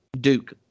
Duke